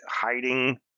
hiding